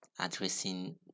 addressing